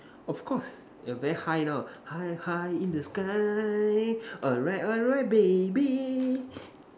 of course err very high now high high in the sky alright alright baby